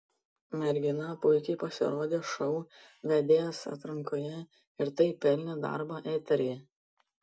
mergina puikiai pasirodė šou vedėjos atrankoje ir taip pelnė darbą eteryje